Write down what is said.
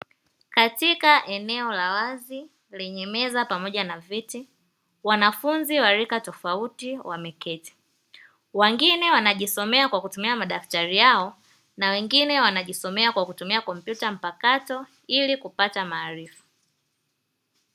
Katika eneo la wazi lenye meza pamoja na viti wanafunzi wa rika tofauti wameketi. Wengine wanajisomea kwa kutumia madaftari yao, na wengine wanajisomea kwa kutumia kompyuta mpakato ili kupata maarifa.